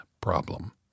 problem